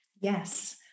Yes